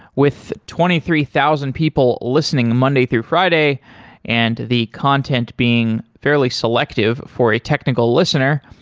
with twenty three thousand people listening monday through friday and the content being fairly selective for a technical listener,